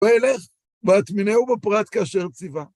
ואלך ואטמינהו בפרט כאשר ציווה